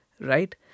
Right